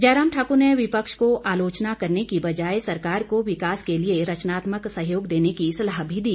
जयराम ठाकुर ने विपक्ष को आलोचना करने के बजाए सरकार को विकास के लिए रचनात्मक सहयोग देने की सलाह भी दी